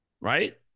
right